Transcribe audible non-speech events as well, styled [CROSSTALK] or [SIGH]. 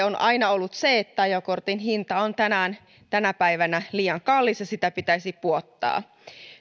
[UNINTELLIGIBLE] on aina ollut se että ajokortin hinta on tänä päivänä liian kallis ja sitä pitäisi pudottaa